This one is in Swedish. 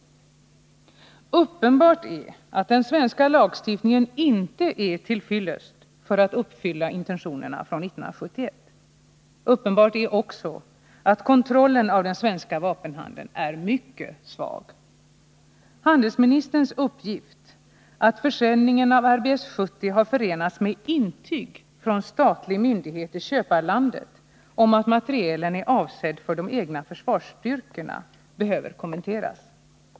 Det är uppenbart att den svenska lagstiftningen inte är till fyllest för att Nr 91 uppfylla intentionerna från 1971. Det är också uppenbart att kontrollen av Måndagen den den svenska vapenhandeln är mycket svag. 9 mars 1981 Handelsministerns uppgift att försäljningen av RBS 70 har förenats med intyg från statlig myndighet i köparlandet om att materielen är avsedd för de egna försvarsstyrkorna behöver kommenteras.